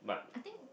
I think